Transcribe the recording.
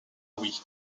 louis